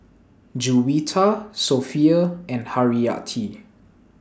Juwita Sofea and Haryati